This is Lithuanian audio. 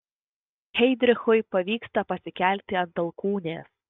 heidrichui pavyksta pasikelti ant alkūnės